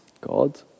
God